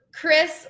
Chris